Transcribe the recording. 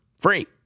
Free